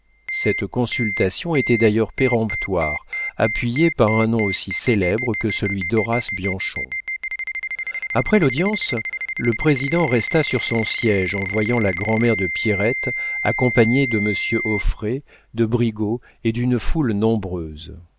cette consultation était d'ailleurs péremptoire appuyée par un nom aussi célèbre que celui d'horace bianchon après l'audience le président resta sur son siége en voyant la grand'mère de pierrette accompagnée de monsieur auffray de brigaut et d'une foule nombreuse